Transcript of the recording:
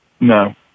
No